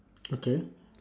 okay